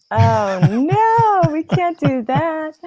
oh, no! we can't do that.